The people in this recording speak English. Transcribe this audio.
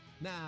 Now